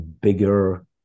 bigger